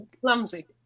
clumsy